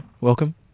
welcome